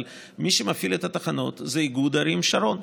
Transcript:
אבל מי שמפעיל את התחנות זה איגוד ערים שרון,